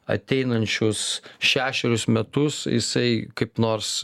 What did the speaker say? ateinančius šešerius metus jisai kaip nors